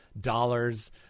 dollars